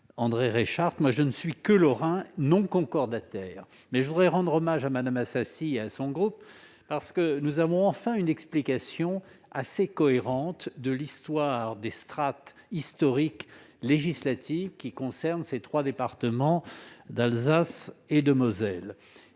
André Reichardt- je ne suis que Lorrain non concordataire ! Cela dit, je voudrais rendre hommage à Mme Assassi et à son groupe, parce que nous avons enfin une explication assez cohérente de l'histoire des strates législatives de ces trois départements d'Alsace et de Moselle.